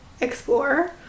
explore